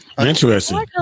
Interesting